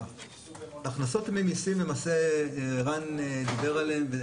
ההכנסות ממיסים, ערן דיבר עליהם.